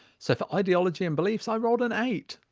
so for ideology and beliefs i rolled an eight,